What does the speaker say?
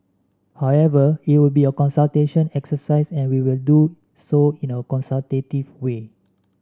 however it will be a consultation exercise and we will do so in a consultative way